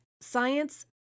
science